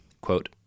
quote